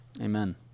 Amen